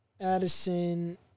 Addison